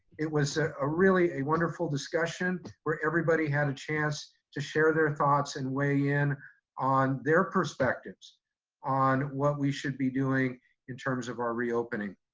it was a really wonderful discussion where everybody had a chance to share their thoughts and weigh in on their perspectives on what we should be doing in terms of our reopening.